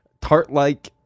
tart-like